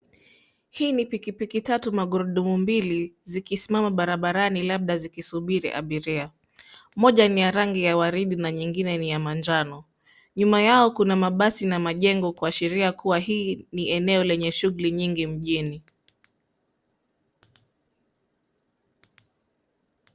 Hii ni pikipiki tatu magurudumu mbili zikisimama barabarani labda zikisubiri abiria. Moja ni ya rangi ya waridi na nyingine ni ya manjano. Nyuma yao kuna mabasi ma majengo kuashiria kua hii ni eneo lenye shughuli nyingi mjini.